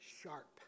sharp